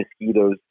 mosquitoes